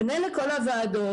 פני לכל הוועדות.